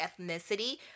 ethnicity